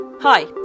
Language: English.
Hi